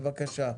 בבקשה.